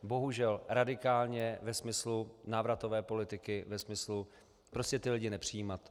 Bohužel radikálně ve smyslu návratové politiky, ve smyslu prostě ty lidi nepřijímat.